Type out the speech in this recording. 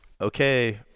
okay